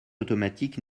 automatique